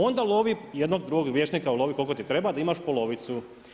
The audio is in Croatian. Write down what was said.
Onda lovi jednog, drugog vijećnika ulovi koliko ti treba da imaš polovicu.